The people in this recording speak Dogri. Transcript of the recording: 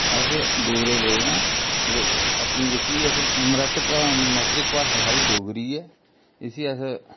अस डोगरे लोग आं ते अपनी जेह्की अस मृत मातृक भाशा साढ़ी डोगरी ऐ इसी अस